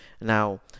Now